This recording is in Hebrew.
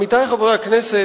עמיתי חברי הכנסת,